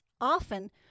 often